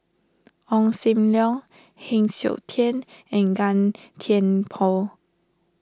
Ong Sam Leong Heng Siok Tian and Gan Thiam Poh